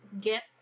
get